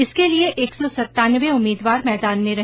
इसके लिये एक सौ सत्तानवे उम्मीदवार मैदान में रहे